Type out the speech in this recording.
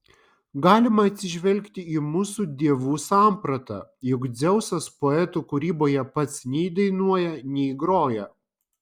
galima atsižvelgti į mūsų dievų sampratą juk dzeusas poetų kūryboje pats nei dainuoja nei groja